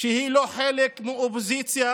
שהיא לא חלק מאופוזיציה